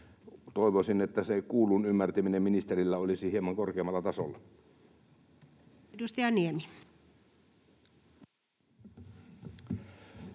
Toivoisin, että se kuullun ymmärtäminen ministerillä olisi hieman korkeammalla tasolla. [Speech